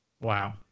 Wow